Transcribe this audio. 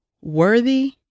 worthy